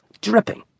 dripping